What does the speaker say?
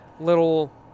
little